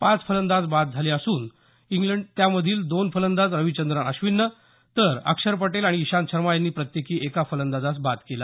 पाच फलंदाज बाद झाले असून दोन फलंदाज रविचंद्रन अश्विनं तर अक्षर पटेल आणि इशांत शर्मा यांनी प्रत्येकी एका फलंदाजास बाद केले